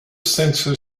sensor